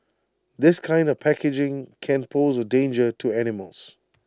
this kind of packaging can pose A danger to animals